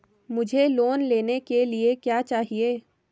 मुझे लोन लेने के लिए क्या चाहिए?